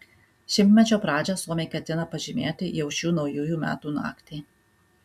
šimtmečio pradžią suomiai ketina pažymėti jau šių naujųjų metų naktį